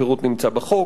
הפירוט נמצא בחוק,